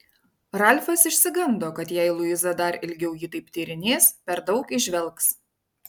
ralfas išsigando kad jei luiza dar ilgiau jį taip tyrinės per daug įžvelgs